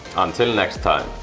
until next time!